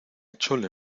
chole